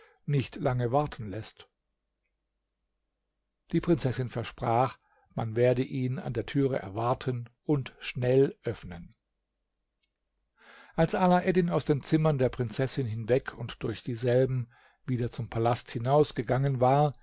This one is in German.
nicht lange warten läßt die prinzessin versprach man werde ihn an der türe erwarten und schnell öffnen als alaeddin aus den zimmern der prinzessin hinweg und durch dieselben wieder zum palast hinausgegangen war